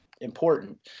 important